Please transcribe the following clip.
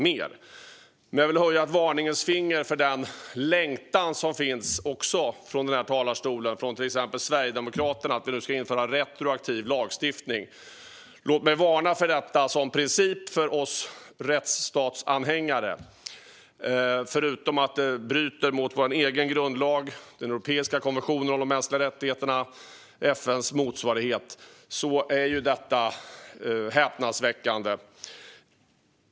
Jag vill dock höja ett varningens finger för den längtan som uttrycks, också i denna talarstol, av till exempel Sverigedemokraterna att införa retroaktiv lagstiftning. Låt mig varna för detta av princip för oss rättsstatsanhängare. Det bryter förutom mot vår egen grundlag mot både den europeiska konventionen om skydd för de mänskliga rättigheterna och FN:s motsvarighet. Det är häpnadsväckande.